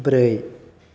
ब्रै